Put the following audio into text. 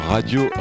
Radio